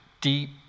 deep